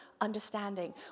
understanding